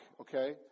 okay